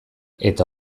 eta